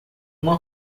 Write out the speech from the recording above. uma